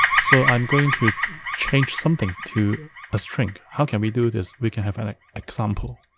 so i'm going to change something to a string. how can we do this? we can have an example